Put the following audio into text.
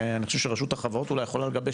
אני חושב ששירות החברות אולי יכולה לגבש